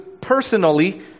personally